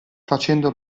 facendo